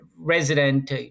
Resident